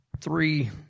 three